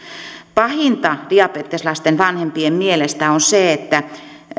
pahinta diabeteslasten vanhempien mielestä on se että